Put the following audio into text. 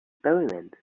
experiment